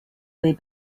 way